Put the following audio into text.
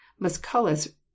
Musculus